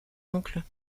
oncle